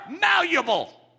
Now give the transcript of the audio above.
malleable